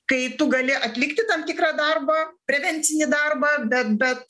kai tu gali atlikti tam tikrą darbą prevencinį darbą bet bet